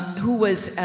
who was,